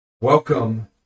Welcome